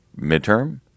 midterm